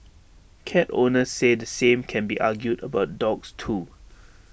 cat owners say the same can be argued about dogs too